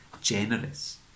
generous